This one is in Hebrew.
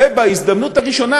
ובהזדמנות הראשונה,